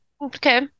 Okay